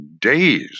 days